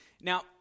Now